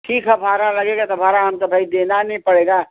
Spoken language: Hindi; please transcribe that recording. ठीक है भाड़ा लगेगा तो भाड़ा हम तो भई देना नी पड़ेगा